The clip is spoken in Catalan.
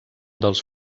dels